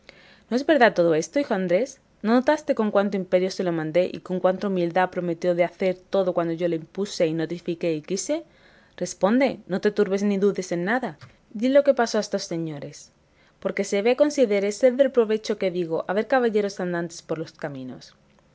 no es verdad todo esto hijo andrés no notaste con cuánto imperio se lo mandé y con cuánta humildad prometió de hacer todo cuanto yo le impuse y notifiqué y quise responde no te turbes ni dudes en nada di lo que pasó a estos señores porque se vea y considere ser del provecho que digo haber caballeros andantes por los caminos